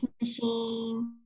machine